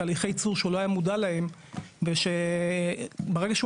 תהליכי ייצור שהוא לא היה מודע אליהם ושברגע שהוא